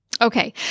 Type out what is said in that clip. Okay